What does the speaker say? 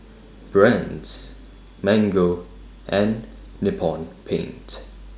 Brand's Mango and Nippon Paint